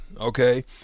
Okay